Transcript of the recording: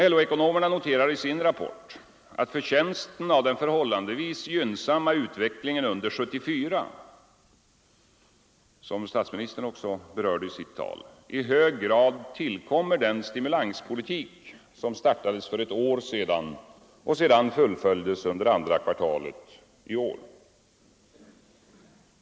LO-ekonomerna noterar i sin rapport, att förtjänsten av den förhållandevis gynnsamma utvecklingen under 1974 — som statsministern också berörde i sitt tal — i hög grad tillkommer den stimulanspolitik som startades för ett år sedan och fullföljdes under andra kvartalet i år.